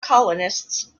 colonists